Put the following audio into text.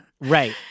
Right